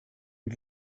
and